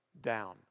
down